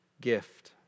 gift